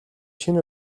шинэ